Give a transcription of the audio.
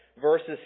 verses